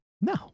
No